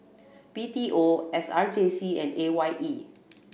B T O S R J C and A Y E